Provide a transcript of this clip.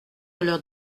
l’heure